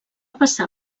passar